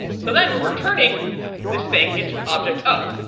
so then we're returning this thing into an object o.